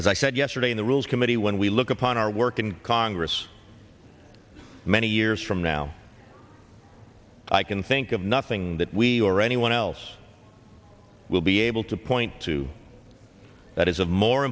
as i said yesterday in the rules committee when we look upon our work in congress many years from now i can think of nothing that we or anyone else will be able to point to that is of more